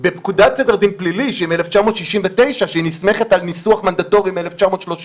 בפקודת סדר דין פלילי מ-1969 שנסמכת על ניסוח מנדטורי מ-1933,